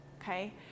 okay